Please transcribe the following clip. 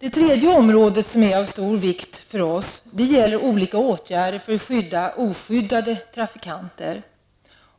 Det tredje område som vi anser vara av stor vikt är olika åtgärder med syfte att skydda oskyddade trafikanter.